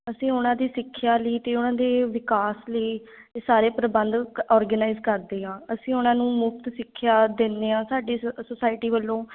ਅਸੀਂ ਉਹਨਾਂ ਦੀ ਸਿੱਖਿਆ ਲਈ ਅਤੇ ਉਹਨਾਂ ਦੇ ਵਿਕਾਸ ਲਈ ਇਹ ਸਾਰੇ ਪ੍ਰਬੰਧ ਔਰਗਨਾਈਜ਼ ਕਰਦੇ ਹਾਂ ਅਸੀਂ ਉਹਨਾਂ ਨੂੰ ਮੁਫਤ ਸਿੱਖਿਆ ਦਿੰਦੇ ਹਾਂ ਸਾਡੀ ਸ ਸੋਸਾਇਟੀ ਵੱਲੋਂ